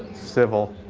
civil.